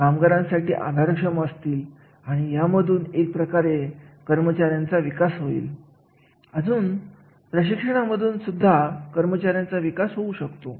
कामगिरीचे मूल्यमापन करण्यासाठी आपण एखाद्या कर्मचाऱ्यांचा कामगिरीचा आढावा घेत असतो म्हणजे त्याने केलेली कामगिरी समाधानकारक आहे की नाही मग सांगितलेले काम पूर्ण केले आहे की नाही यावरून कामगारांचे त्यांच्या कामगिरीचे मूल्यमापन केले जाते